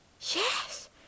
Yes